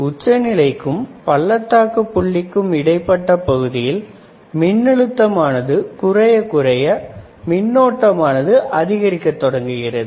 உச்ச நிலைக்கும் பள்ளத்தாக்கு புள்ளிக்கும் இடைப்பட்ட பகுதியில் மின் அழுத்தமானது குறைய குறைய மின்னோட்டம் ஆனது அதிகரிக்க தொடங்குகிறது